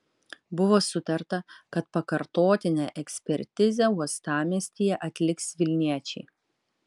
buvo sutarta kad pakartotinę ekspertizę uostamiestyje atliks vilniečiai